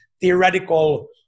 theoretical